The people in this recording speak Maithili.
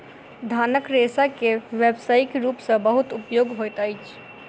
धानक रेशा के व्यावसायिक रूप सॅ बहुत उपयोग होइत अछि